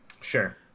Sure